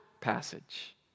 passage